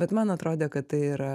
bet man atrodė kad tai yra